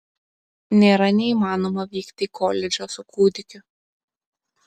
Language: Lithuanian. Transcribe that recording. nėra neįmanoma vykti į koledžą su kūdikiu